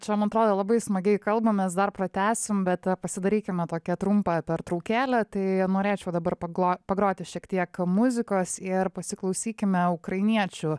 čia man atrodo labai smagiai kalbamės dar pratęsim bet pasidarykime tokią trumpą pertraukėlę tai norėčiau dabar pagroti šiek tiek muzikos ir pasiklausykime ukrainiečių